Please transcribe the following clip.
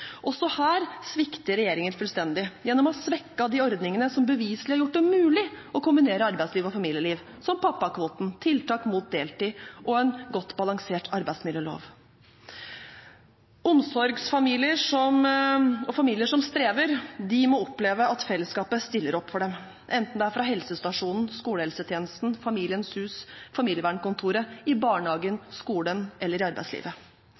Også her svikter regjeringen fullstendig gjennom å ha svekket de ordningene som beviselig har gjort det mulig å kombinere arbeidsliv og familieliv, som pappakvoten, tiltak mot deltid og en godt balansert arbeidsmiljølov. Omsorgsfamilier og familier som strever, må oppleve at fellesskapet stiller opp for dem, enten det er helsestasjonen, skolehelsetjenesten, Familiens hus, familievernkontoret, barnehagen, skolen eller arbeidslivet.